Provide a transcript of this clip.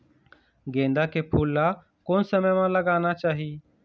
गेंदा के फूल ला कोन समय मा लगाना चाही?